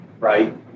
right